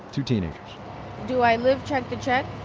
two teenagers do i live check to check?